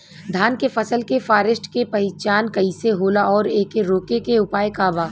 धान के फसल के फारेस्ट के पहचान कइसे होला और एके रोके के उपाय का बा?